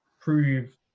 prove